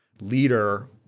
leader